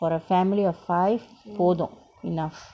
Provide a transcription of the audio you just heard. for a family of five போது:pothu enough